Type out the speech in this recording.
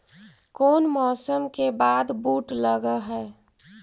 कोन मौसम के बाद बुट लग है?